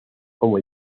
como